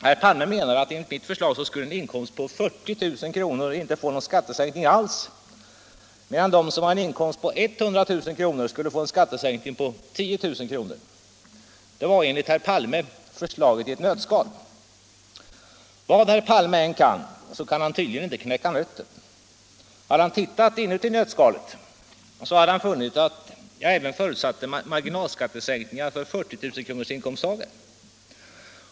Herr Palme menade att enligt mitt förslag skulle en inkomst på 40 000 kr. inte få någon skattesänkning alls, medan de som har en inkomst på 100 000 kr. skulle få en skattesänkning på 10 000 kr. Det var enligt herr Palme förslaget i ett nötskal. Men vad herr Palme än kan, så tydligen kan han inte knäcka nötter. Om han hade tittat inuti nötskalet hade han funnit att jag även förutsatte marginalskattesänkningar för 40 000 kronorsinkomsttagare.